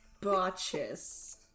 Botches